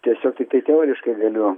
tiesiog tiktai teoriškai galiu